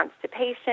constipation